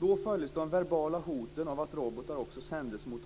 Då följdes de verbala hoten av att robotar också sändes mot